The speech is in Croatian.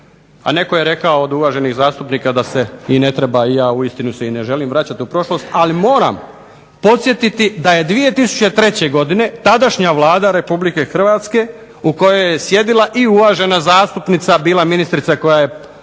A netko je rekao od uvaženih zastupnika da se i ne treba i ja uistinu se i ne želim vraćat u prošlost, ali moram podsjetiti da je 2003. godine tadašnja Vlada Republike Hrvatske u kojoj je sjedila i uvažena zastupnica bila ministrica koja je